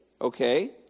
okay